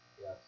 yes